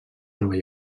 nova